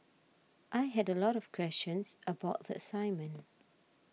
I had a lot of questions about the assignment